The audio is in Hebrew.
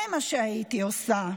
זה מה שהייתי עושה.